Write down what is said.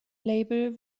label